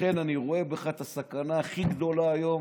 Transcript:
לכן אני רואה בך את הסכנה הכי גדולה היום